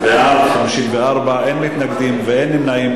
בעד, 54, אין מתנגדים, אין נמנעים.